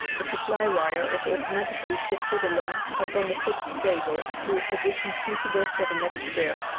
the supply-wire is automatically shifted along upon the fixed cable to a position suitable for the next pair.